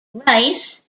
rice